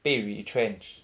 被 retrenched